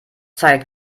zeigt